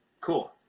Cool